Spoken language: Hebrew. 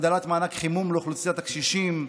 הגדלת מענק חימום לאוכלוסיית הקשישים,